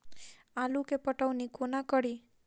आलु केँ पटौनी कोना कड़ी?